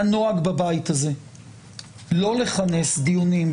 היה נוהג בבית הזה לא לכנס דיונים,